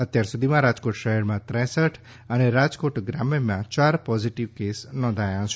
અત્યાર સુધીમાં રાજકોટ શહેરમાં ત્રેસઠ અને રાજકોટ ગ્રામ્યમાં ચાર પોઝિટિવ કેસ નોંધાયા છે